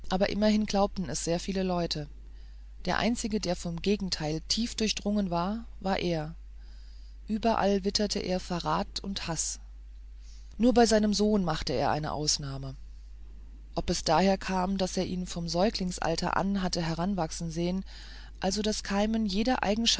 aber immerhin glaubten es sehr viele leute der einzige der vom gegenteil tief durchdrungen war war er überall wittert er verrat und haß nur bei seinem sohn machte er eine ausnahme ob es daher kam daß er ihn vom säuglingsalter an hatte heranwachsen sehen also das keimen jeder